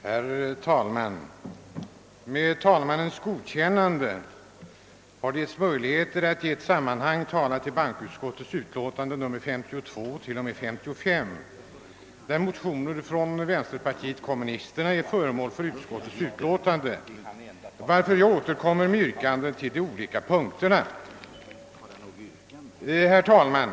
Herr talman! Med talmannens godkännande kan denna debatt omfatta bankoutskottets utlåtanden nr 52 t.o.m. 55, där motioner från bl.a. vänsterpartiet kommunisterna har behandlats av utskottet. Yrkanden kommer att framställas i samband med föredragningen av ifrågavarande utlåtanden.